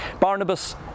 Barnabas